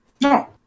No